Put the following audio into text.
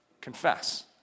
confess